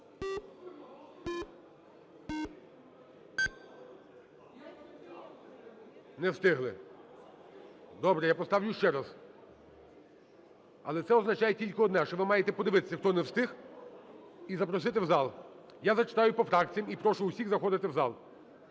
Не встигли. Добре, я поставлю ще раз. Але це означає тільки одне, що ви маєте подивитися, хто не встиг, і запросити в зал. Я зачитаю по фракціях, і прошу всіх заходити в зал.